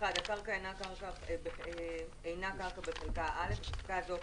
הקרקע אינה קרקע בחלקה א'; בפסקה זו,